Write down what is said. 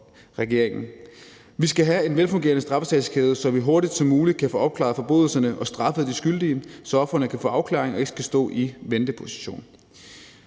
Vi skal have en velfungerende straffesagskæde, så vi så hurtigt som muligt kan få opklaret forbrydelser og straffet de skyldige, så ofrene kan få afklaring og ikke skal stå i venteposition.